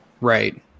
right